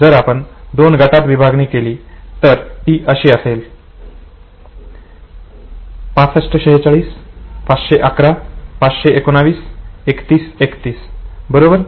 जर आपण दोन गटात विभागणी केली तर ती अशी असेल 6546 511 519 3131 बरोबर